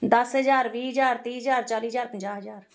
ਦਸ ਹਜ਼ਾਰ ਵੀਹ ਹਜ਼ਾਰ ਤੀਹ ਹਜ਼ਾਰ ਚਾਲ੍ਹੀ ਹਜ਼ਾਰ ਪੰਜਾਹ ਹਜ਼ਾਰ